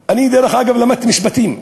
אני, דרך אגב, למדתי משפטים,